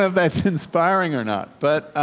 ah that's inspiring or not. but